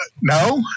No